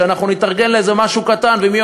שאנחנו נתארגן לאיזה משהו קטן ואם יהיה